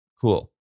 Cool